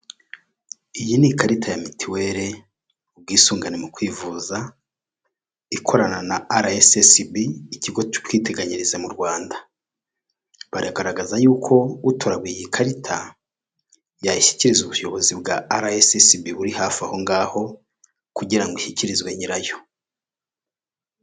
Iyi ni ikarita ya mituweli ubwisungane mu kwivuza, ikorana na RSSB Ikigo cy'Ubwiteganyirize mu Rwanda. Baragaragaza y'uko utoraguye iyi karita, yayishyikiriza ubuyobozi bwa RSSB buri hafi aho ngaho kugira ngo ishyikirizwe nyirayo.